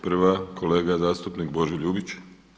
Prva kolega zastupnik Božo Ljubić.